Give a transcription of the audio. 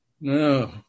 No